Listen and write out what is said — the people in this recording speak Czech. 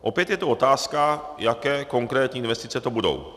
Opět je tu otázka, jaké konkrétní investice to budou.